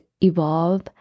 evolve